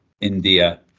India